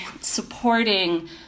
supporting